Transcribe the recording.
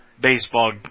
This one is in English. baseball